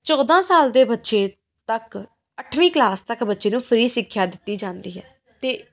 ਚੌਦਾਂ ਸਾਲ ਦੇ ਬੱਚੇ ਤੱਕ ਅੱਠਵੀਂ ਕਲਾਸ ਤੱਕ ਬੱਚੇ ਨੂੰ ਫਰੀ ਸਿੱਖਿਆ ਦਿੱਤੀ ਜਾਂਦੀ ਹੈ ਅਤੇ